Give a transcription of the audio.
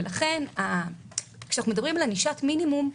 לכן כשאנחנו מדברים על ענישת מינימום,